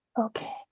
okay